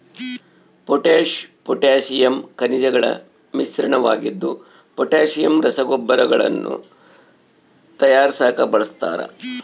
potash potassium ಖನಿಜಗಳ ಮಿಶ್ರಣವಾಗಿದ್ದು potassium ರಸಗೊಬ್ಬರಗಳನ್ನು ತಯಾರಿಸಾಕ ಬಳಸ್ತಾರ